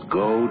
go